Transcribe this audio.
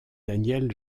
daniel